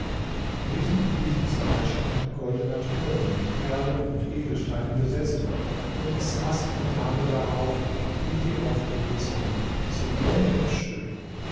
mitten in diesem saal stand ein goldener thron mit perlen und edelsteinen besetzt und es saß eine dame darauf wie die aufgehende sonne so blendend schön